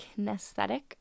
kinesthetic